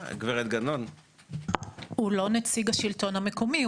הוא לא נציג השלטון המקומי,